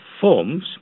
forms